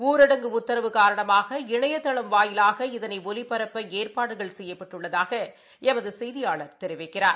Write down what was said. ஊரடங்கு உத்தரவு காரணமாக இணையதளம் வாயிலாக இதனைஒலிபரப்பஏற்பாடுகள் செய்யப்பட்டுள்ளதாகஎமதுசெய்தியாளர் தெரிவிக்கிறார்